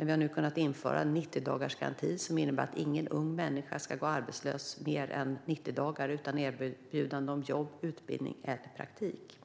Vi har infört en 90dagarsgaranti som innebär att ingen ung människa ska gå arbetslös mer än 90 dagar utan erbjudande om jobb, utbildning eller praktik.